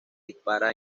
dispara